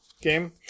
game